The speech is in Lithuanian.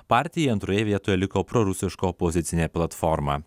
partiją antroje vietoje liko prorusiška opozicinė platforma